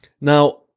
Now